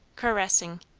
caressing.